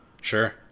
Sure